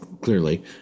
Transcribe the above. clearly